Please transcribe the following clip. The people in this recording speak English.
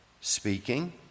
speaking